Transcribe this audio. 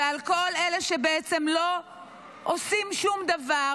ועל כל אלה שבעצם לא עושים שום דבר,